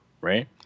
right